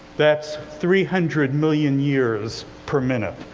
that's three hundred million years per minute.